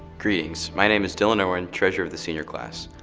greetings, my name is dylan irwin, treasure of the senior class.